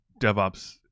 DevOps